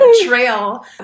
trail